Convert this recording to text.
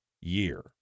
year